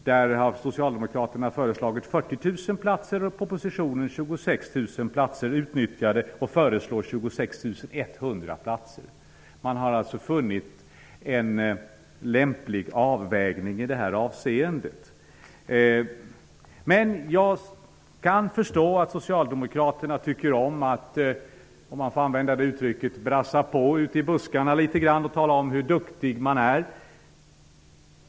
Där har socialdemokraterna föreslagit 40 000 platser. Enligt propositionen har man funnit 26 000 platser utnyttjade och föreslår 26 100 platser. Man har alltså funnit en lämplig avvägning i detta avseende. Men jag kan förstå att socialdemokraterna tycker om att, om man får använda uttrycket, brassa på ute i buskarna litet grand och tala om hur duktig man är.